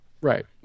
right